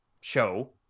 show